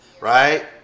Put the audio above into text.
right